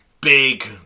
big